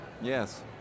Yes